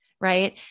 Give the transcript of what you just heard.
Right